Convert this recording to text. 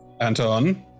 Anton